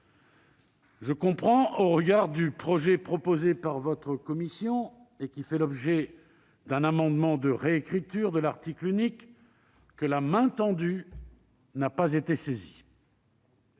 Je comprends, au regard du projet proposé par votre commission et qui fait l'objet d'un amendement de réécriture de l'article unique, que la main tendue n'a pas été saisie.